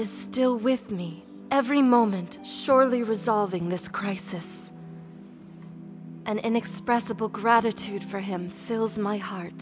is still with me every moment surely resolving this crisis and inexpressible gratitude for him fills my heart